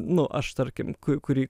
nu aš tarkim kurį